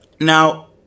Now